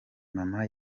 mama